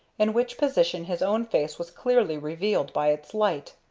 in which position his own face was clearly revealed by its light.